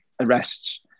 arrests